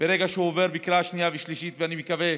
ברגע שהוא עובר בקריאה שנייה ושלישית, ואני מקווה